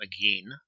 again